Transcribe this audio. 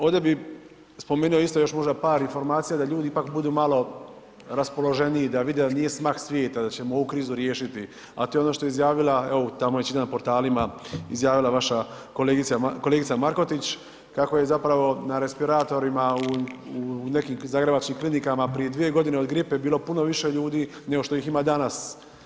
Ovdje bi spomenuo isto još možda par informacija da ljudi ipak budu malo raspoloženiji da vide da nije smak svijeta da ćemo ovu krizu riješiti, a to je ono što je izjavila, evo tamo i čitam na portalima, izjavila vaša kolegica, kolegica Markotić, kako je zapravo na respiratorima u nekim zagrebačkim klinikama prije 2.g. od gripe bilo puno više ljudi nego što ih ima danas.